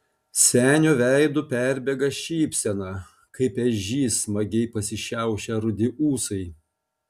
senio veidu perbėga šypsena kaip ežys smagiai pasišiaušę rudi ūsai